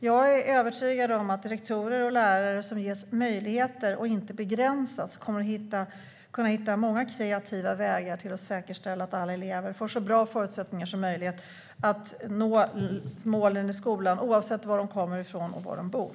Jag är övertygad om att rektorer och lärare som ges möjligheter och inte begränsas kommer att kunna hitta många kreativa vägar att säkerställa att alla elever får så bra förutsättningar som möjligt att nå målen i skolan, oavsett var de kommer ifrån och var de bor.